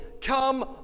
come